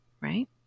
right